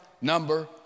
number